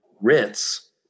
Ritz